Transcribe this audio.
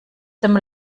dem